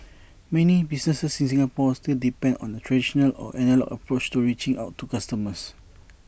many businesses in Singapore still depend on A traditional or analogue approach to reaching out to customers